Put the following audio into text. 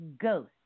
Ghost